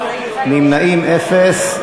נמנעים, אין.